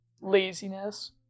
laziness